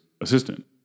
assistant